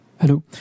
Hello